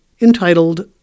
entitled